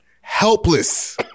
Helpless